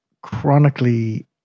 chronically